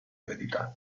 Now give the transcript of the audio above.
eredità